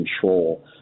control